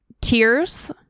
tears